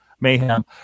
mayhem